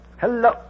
Hello